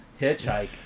Hitchhike